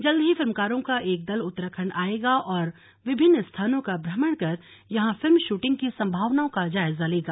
जल्द ही फिल्मकारों का एक दल उत्तराखण्ड आएगा और विभिन्न स्थानों का भ्रमण कर यहां फिल्म शूटिंग की सम्भावनाओं का जायजा लेगा